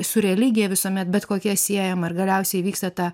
su religija visuomet bet kokia siejama ir galiausiai įvyksta ta